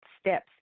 steps